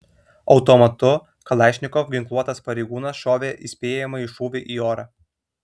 automatu kalašnikov ginkluotas pareigūnas šovė įspėjamąjį šūvį į orą